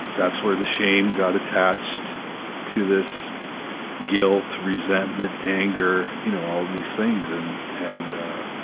that's where the shame got attached to this guilt, resentment, anger, you know all of these things, and, and ah,